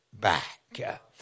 back